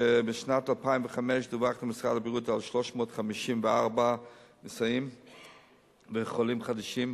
בשנת 2005 דווח למשרד הבריאות על 354 נשאים וחולים חדשים,